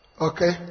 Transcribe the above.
Okay